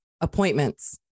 Appointments